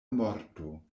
morto